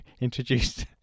introduced